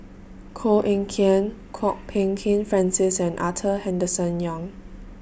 Koh Eng Kian Kwok Peng Kin Francis and Arthur Henderson Young